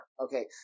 Okay